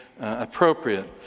appropriate